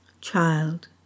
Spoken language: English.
Child